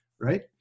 right